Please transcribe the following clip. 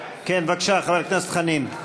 כן, בבקשה, חבר הכנסת חנין.